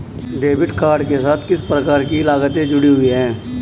Debit card के साथ किस प्रकार की लागतें जुड़ी हुई हैं?